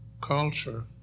culture